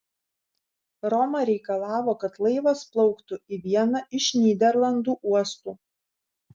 roma reikalavo kad laivas plauktų į vieną iš nyderlandų uostų